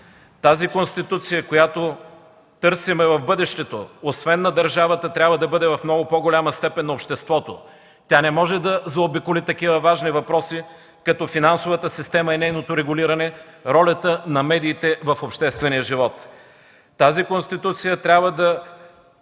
Тази конституция, която търсим в бъдещето, освен на държавата, трябва да бъде в много по-голяма степен на обществото. Тя не може да заобиколи такива важни въпроси като финансовата система и нейното регулиране, ролята на медиите в обществения живот. Тази конституция трябва да